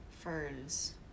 ferns